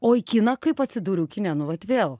o į kiną kaip atsidūriau kine nu vat vėl